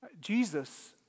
Jesus